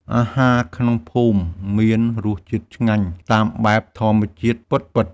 អាហារក្នុងភូមិមានរសជាតិឆ្ងាញ់តាមបែបធម្មជាតិពិតៗ។